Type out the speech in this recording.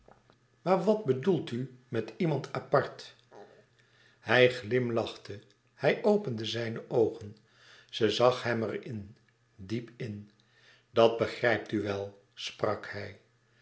maar wat bedoelt u met iemand apart hij glimlachte hij opende zijne oogen ze zag hem er in diep in dat begrijpt u wel sprak hij